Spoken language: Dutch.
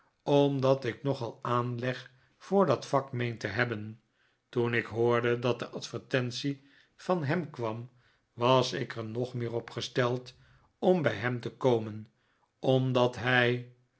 omdat ik nogal aanleg voor dat vak meen te hebben toen ik hoorde dat de advertentie van hem kwam was ik er nog meer op gesteld om bij hem te komen omdat hij